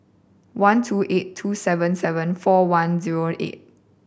one two eight two seven seven four one zero eight